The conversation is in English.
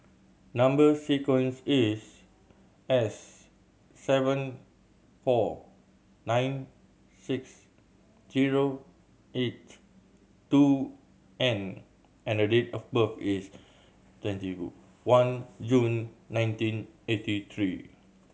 number sequence is S seven four nine six zero eight two N and the date of birth is twenty one June nineteen eighty three